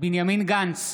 בנימין גנץ,